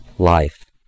life